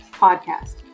podcast